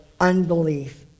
unbelief